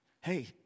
Hey